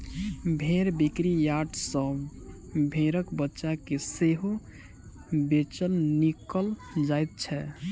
भेंड़ बिक्री यार्ड सॅ भेंड़क बच्चा के सेहो बेचल, किनल जाइत छै